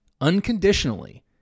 unconditionally